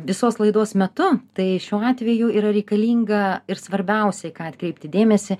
visos laidos metu tai šiuo atveju yra reikalinga ir svarbiausia į ką atkreipti dėmesį